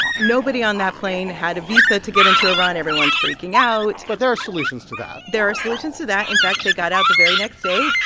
nobody on that plane had a visa to get into iran. everyone's freaking out but there are solutions to that there are solutions to that. in fact, they got out the very next day.